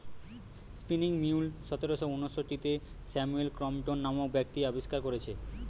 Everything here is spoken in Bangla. স্পিনিং মিউল সতেরশ ঊনআশিতে স্যামুয়েল ক্রম্পটন নামক ব্যক্তি আবিষ্কার কোরেছে